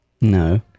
No